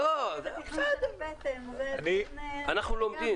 אני ממשיך